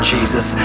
Jesus